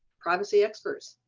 privacy experts,